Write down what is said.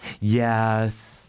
Yes